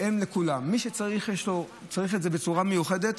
אין לכולם, מי שצריך את זה בצורה מיוחדת,